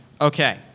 okay